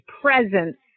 presence